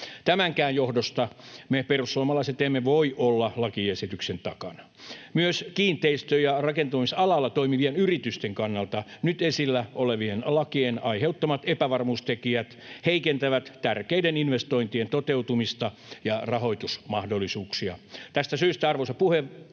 Tämänkään johdosta me perussuomalaiset emme voi olla lakiesityksen takana. Myös kiinteistö- ja rakentamisalalla toimivien yritysten kannalta nyt esillä olevien lakien aiheuttamat epävarmuustekijät heikentävät tärkeiden investointien toteutumista ja rahoitusmahdollisuuksia. Tästä syystä, arvoisa puhemies,